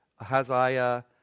Ahaziah